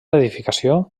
edificació